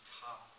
top